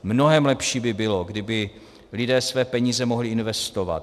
Mnohem lepší by bylo, kdyby lidé své peníze mohli investovat.